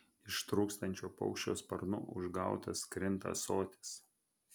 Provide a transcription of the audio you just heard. ištrūkstančio paukščio sparnu užgautas krinta ąsotis